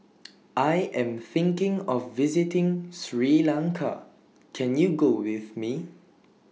I Am thinking of visiting Sri Lanka Can YOU Go with Me